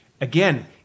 again